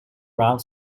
ground